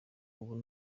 ubu